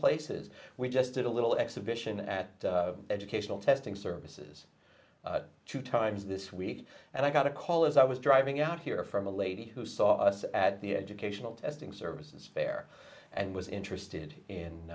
places we just did a little exhibition at educational testing services two times this week and i got a call as i was driving out here from a lady who saw us at the educational testing service there and was interested in